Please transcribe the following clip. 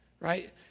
right